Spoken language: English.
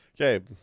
Okay